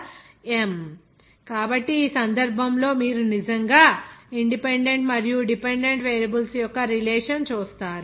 xm 1 2 3 n కాబట్టి ఈ సందర్భంలో మీరు నిజంగా ఇన్ డిపెండెంట్ మరియు డిపెండెంట్ వేరియబుల్స్ యొక్క రిలేషన్ చేస్తారు